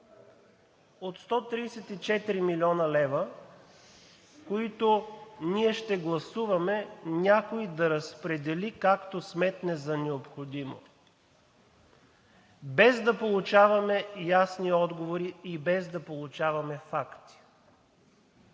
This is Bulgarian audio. от 134 млн. лв., които ние ще гласуваме някой да разпредели, както сметне за необходимо, без да получаваме ясни отговори и без да получаваме факти.